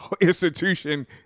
institution